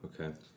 Okay